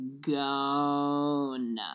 gone